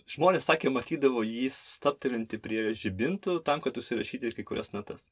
žmonės sakė matydavo jį stabtelintį prie žibintų tam kad užsirašyti kai kurias natas